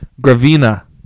Gravina